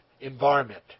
environment